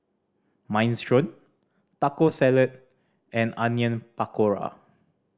Minestrone Taco Salad and Onion Pakora